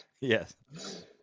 Yes